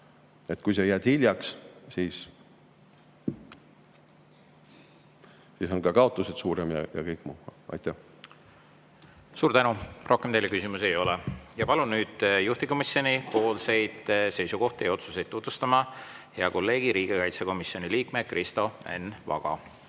Kui sa jääd hiljaks, siis on ka kaotused suuremad, ja kõik muu. Suur tänu! Rohkem teile küsimusi ei ole. Palun nüüd juhtivkomisjoni seisukohti ja otsuseid tutvustama hea kolleegi, riigikaitsekomisjoni liikme Kristo Enn Vaga.